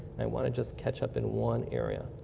i want to just catch up in one area.